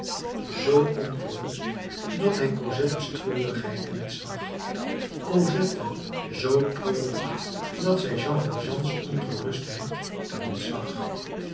zoo ongerust dat hij cosettes treurigheid niet zag cosette zoo treurig dat zij jean valjeans ongerustheid niet zag